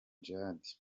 djihad